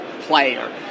player